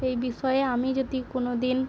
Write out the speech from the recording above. এই বিষয়ে আমি যদি কোনো দিন